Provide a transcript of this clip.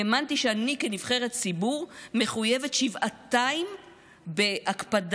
האמנתי שאני כנבחרת ציבור מחויבת שבעתיים בהקפדה